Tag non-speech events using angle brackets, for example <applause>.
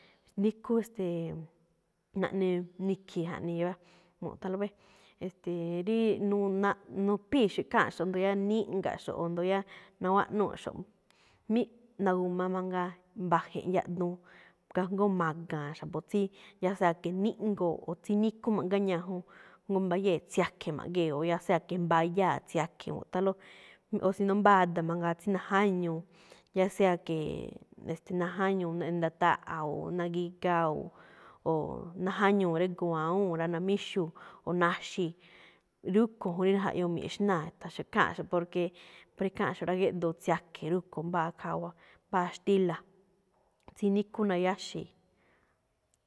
Níkhú e̱ste̱e̱, <hesitation> naꞌne nikhi̱i̱ jaꞌnii rá, mu̱ꞌthánlóꞌ phée, e̱ste̱e̱ rí nu- naꞌ-nuphíi kháanꞌxo̱ꞌ ndu̱ya̱á níꞌnga̱ꞌxo̱ꞌ, o̱ ndóo yáá nawáꞌnúuꞌxo̱ꞌ. Míꞌ, na̱gu̱ma mangaa mba̱je̱ꞌ yaꞌduun, kajngó ma̱ga̱a̱n xa̱bo̱ tsí, ya sea que níꞌngo̱o̱ o tsí níkhú ma̱ꞌgáñajun, jngó mbayée̱ tsiakhe̱ ma̱ꞌgee̱, o ya sea que mbayáa̱ tsiakhe̱ mu̱ꞌthánlóꞌ. O si no, mbáa ada̱ mangaa tsí najáñuu, ya sea ge̱e̱, e̱ste̱e̱, najáñuu̱ naꞌne ndata̱ꞌa̱, o nagigaa̱ o najíñuu̱ rego̱o̱ awúu̱n rá, namíxuu̱ o naxii̱. Rúꞌkho̱ juun rí jaꞌyoo mi̱ꞌxnáaꞌ, i̱tha̱nxo̱ꞌ kháanꞌxo̱ꞌ, porque para ekháanꞌxo̱ꞌ rá géꞌdoo tsiakhe̱ rúꞌkho̱, mbáa khaa wa- mbáa xtíla̱, tsí níkhú nayáxi̱i̱.